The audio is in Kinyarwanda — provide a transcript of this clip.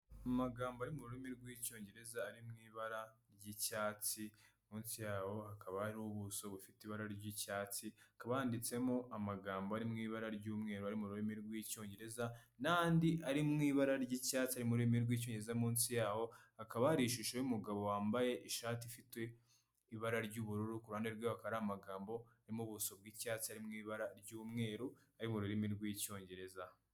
Amagambo ari mu rurimi rw'icyongereza ari mu ibara ry'icyatsi, munsi yaho hakaba ari ubuso bufite ibara ry'icyatsi hakaba handitsemo amagambo ari mu ibara ry'umweru ari mu rurimi rw'icyongereza, n'andi ari mu ibara ry'icyatsi ari rurimi rw'icyongereza, munsi yaho hakaba hari ishusho y'umugabo wambaye ishati ifite ibara ry'ubururu, ku ruhande rwe hakaba hari amagambo ari m'ubuso bw'icyatsi ari mu ibara ry'umweru ari mu rurimi rw'icyongereza.